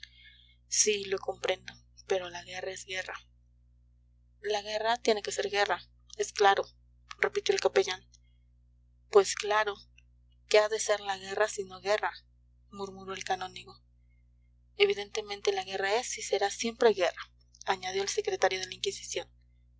sí lo comprendo pero la guerra es guerra la guerra tiene que ser guerra es claro repitió el capellán pues claro qué ha de ser la guerra sino guerra murmuró el canónigo evidentemente la guerra es y será siempre guerra añadió el secretario de la inquisición